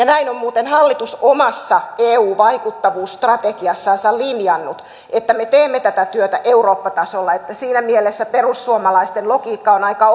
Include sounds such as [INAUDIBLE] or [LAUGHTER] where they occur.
[UNINTELLIGIBLE] näin on muuten hallitus omassa eu vaikuttavuusstrategiassansa linjannut että me teemme tätä työtä eurooppa tasolla siinä mielessä perussuomalaisten logiikka on aika [UNINTELLIGIBLE]